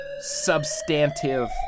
substantive